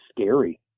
scary